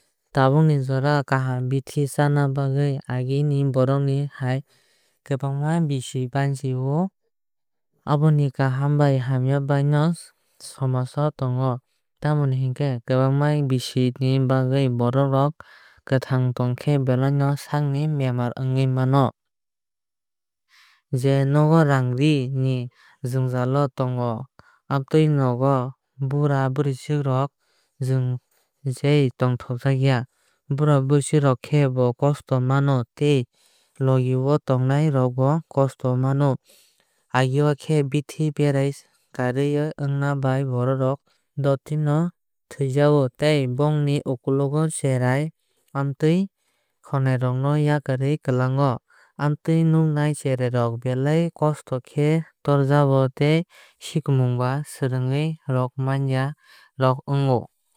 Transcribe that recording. Tabuk ni jora kaham bithi chana bagwi agee ni borok ni sai kwbangma bisi banchi o. Oboni kaham bai hamya bai no somaj o tongo. Tamoni hinkhe kwbangma bisi ni bagwui borok rok kwthang tongkhe belai no sakni bemar ongui mano. Je nogo raang ree ni jwngjal tongo amutui nogo bura bwruichwk rok jai khe tonjakya. Bura bwruichwk rok bo kosto mano tei logi o tongnai rog bo kosto mano. Agee o khe bithi berai kwrui ongma bai borok rok doti no thwuijao tei bong ni ukulogo cherai khonai rok no yakraui kwlango. Amutui nogni cherai rok belai kosto khe torjao tei sikimung ba swrungmung rok man ya.